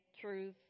truth